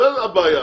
זו הבעיה,